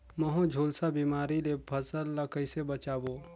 महू, झुलसा बिमारी ले फसल ल कइसे बचाबो?